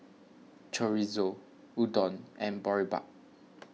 Chorizo Udon and Boribap